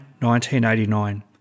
1989